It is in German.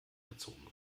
gezogen